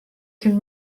can